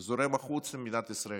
זורם החוצה ממדינת ישראל.